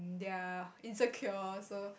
they are insecure so